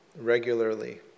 regularly